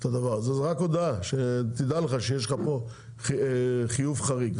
זאת רק הודעה שתדע שיש לך כאן חיוב חריג.